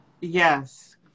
Yes